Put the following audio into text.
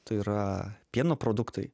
tai yra pieno produktai